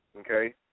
okay